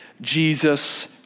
Jesus